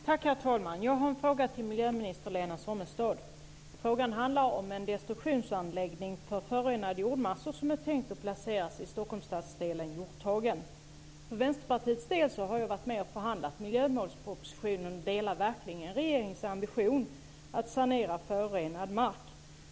Herr talman! Jag har en fråga till miljöminister Lena Sommestad. Frågan handlar om en destruktionsanläggning för förorenade jordmassor som är tänkt att placeras i Stockholmsstadsdelen Hjorthagen. För Vänsterpartiets del har jag varit med och förhandlat om miljömålspropositionen och delar verkligen regeringens ambition att sanera förorenad mark.